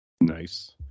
Nice